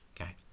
okay